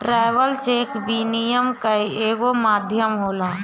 traveller cheque विनिमय कअ एगो माध्यम होला